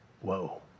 Whoa